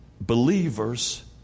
believers